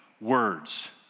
words